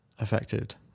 affected